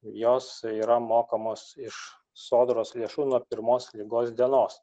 jos yra mokamos iš sodros lėšų nuo pirmos ligos dienos